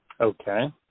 Okay